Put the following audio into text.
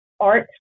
art